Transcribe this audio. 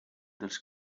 dels